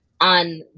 on